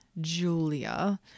Julia